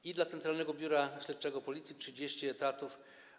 I dla Centralnego Biura Śledczego Policji mamy 30 etatów.